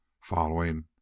Following